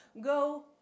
go